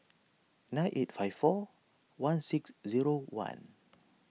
nine eight five four one six zero one